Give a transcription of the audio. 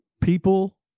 people